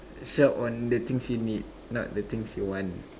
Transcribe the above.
shop on the things you need not the things you want